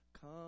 Come